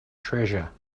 treasure